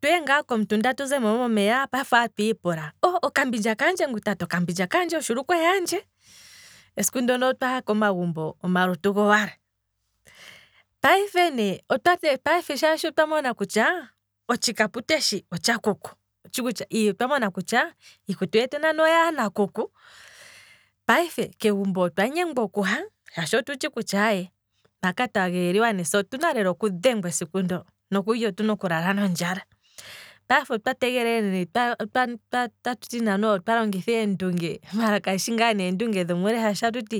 tuhe ngaa komutunda tuzemo momeya, keshe gumwe otati ike okambindja kandje, okambindja kandje, ngu tati okambindja kandje, oshulukweya handje, esiku ndono otwaha komagumbo omalutu gowala, payife ne, payife otwa mona kutya. otshikapute shi otsha kuku, otwa monakutya, iikutu yetu nani oyaha nakuku, payife kegumbo otwa nyengwa okuha, mpaka twa geeliwa ne, otuna lela okudhengwa esiku ndo, nokulya otuna okulala nondjala, payife otwa tegelela ne, tatu ti ne otwa longitha eendunge, maala kayishi ngaa ne endunge dhomuule shaashi a tuti